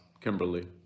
Kimberly